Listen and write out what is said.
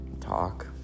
talk